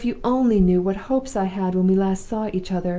oh, if you only knew what hopes i had when we last saw each other,